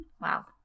Wow